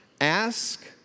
Ask